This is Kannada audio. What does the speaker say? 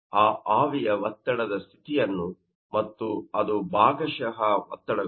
ಆ ಆವಿಯ ಒತ್ತಡದ ಸ್ಥಿತಿಯನ್ನು ಮತ್ತು ಅದು ಭಾಗಶಃ ಒತ್ತಡಗಳು